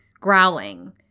growling